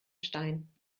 stein